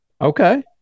Okay